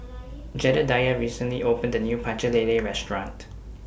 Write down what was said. Jedediah recently opened A New Pecel Lele Restaurant